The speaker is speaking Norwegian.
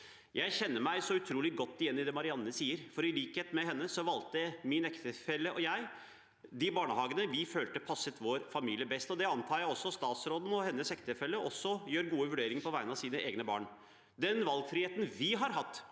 Jeg kjenner meg utrolig godt igjen i det Marianne sier, for i likhet med henne valgte min ektefelle og jeg de barnehagene vi følte passet vår familie best. Jeg antar at også statsråden og hennes ektefelle gjør gode vurderinger på vegne av sine egne barn. Hvorfor unner ikke